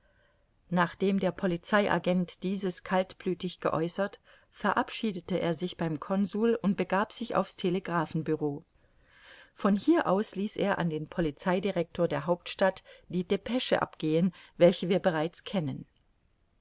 nachdem der polizei agent dieses kaltblütig geäußert verabschiedete er sich beim consul und begab sich auf's telegraphenbureau von hier aus ließ er an den polizeidirector der hauptstadt die depesche abgehen welche wir bereits kennen